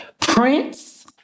Prince